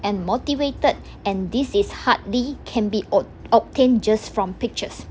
and motivated and this is hardly can be ob~ obtained just from pictures